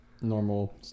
Normal